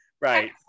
right